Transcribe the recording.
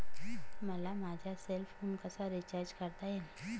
मला माझा cell phone कसा रिचार्ज करता येईल?